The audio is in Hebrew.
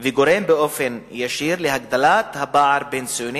וגורם באופן ישיר להגדלת הפער בין ציוני